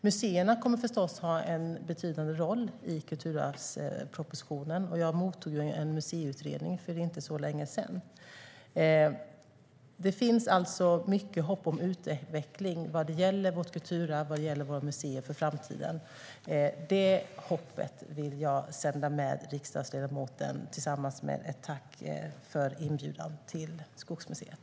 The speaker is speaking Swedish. Museerna kommer förstås att ha en betydande roll i kulturarvspropositionen; jag mottog en museiutredning för inte så länge sedan. Det finns alltså mycket hopp om utveckling vad gäller vårt kulturarv och våra museer i framtiden. Det hoppet vill jag skicka med riksdagsledamoten tillsammans med ett tack för inbjudan till Skogsmuseet.